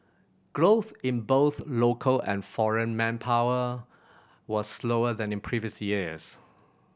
growth in both local and foreign manpower was slower than in previous years